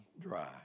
dry